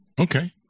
Okay